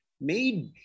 made